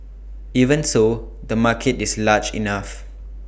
even so the market is large enough